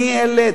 מי אלה,